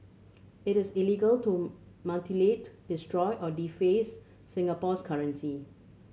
it is illegal to mutilate destroy or deface Singapore's currency